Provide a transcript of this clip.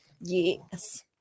yes